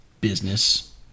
business